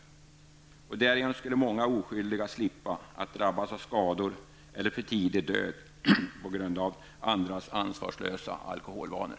Därigenom skulle många oskyldiga slippa drabbas av skador eller för tidig död på grund av andras ansvarslösa alkoholvanor.